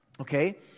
Okay